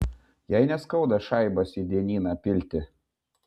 jai neskauda šaibas į dienyną pilti